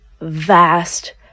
vast